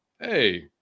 hey